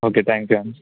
okay thank you అండి